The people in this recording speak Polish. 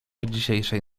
dzisiejszej